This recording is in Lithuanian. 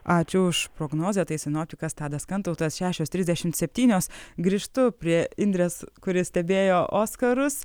ačiū už prognozę tai sinoptikas tadas kantautas šešios trisdešimt septynios grįžtu prie indrės kuri stebėjo oskarus